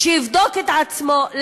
שיבדוק את עצמו,